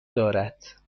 دارد